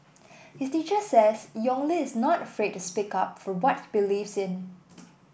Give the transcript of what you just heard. his teacher says Yong Li is not afraid to speak up for what he believes in